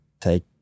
take